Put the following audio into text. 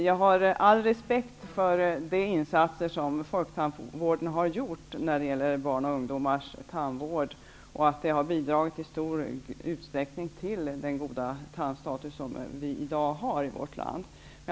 Jag har all respekt för de insatser som folktandvården har gjort för barns och ungdomars tandvård och för att den i stor utsträckning har bidragit till den goda tandstatusen i vårt land i dag.